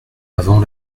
avant